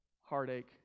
heartache